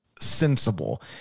sensible